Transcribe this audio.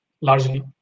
largely